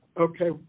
Okay